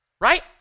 Right